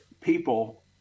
people